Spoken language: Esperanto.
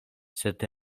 sed